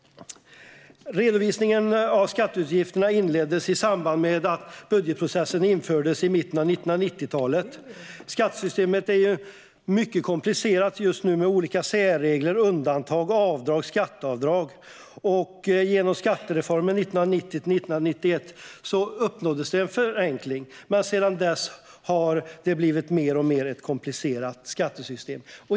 Redovisningen av skatteutgifterna inleddes i samband med att budgetprocessen infördes i mitten av 1990-talet. Skattesystemet är just nu mycket komplicerat, med olika särregler, undantag, avdrag och skatteavdrag. Genom skattereformen 1990-91 uppnåddes en förenkling, men sedan dess har skattesystemet blivit mer och mer komplicerat.